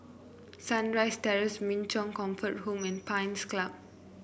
Sunrise Terrace Min Chong Comfort Home and Pines Club